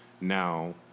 Now